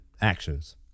actions